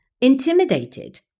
intimidated